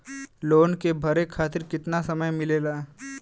Loan के भरे खातिर कितना समय मिलेला?